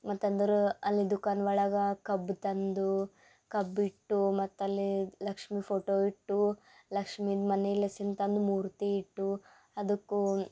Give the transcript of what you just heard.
ಮತ್ತು ಅಂದರು ಅಲ್ಲಿ ದುಖಾನ್ ಒಳಗೆ ಕಬ್ಬು ತಂದು ಕಬ್ ಇಟ್ಟು ಮತ್ತು ಅಲ್ಲೇ ಲಕ್ಷ್ಮಿ ಫೋಟೊ ಇಟ್ಟು ಲಕ್ಷ್ಮಿದು ಮನೇಲೆ ಸಿನ್ ತಂದು ಮೂರ್ತಿ ಇಟ್ಟು ಅದಕ್ಕೂನ